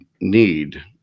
need